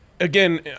Again